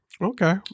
okay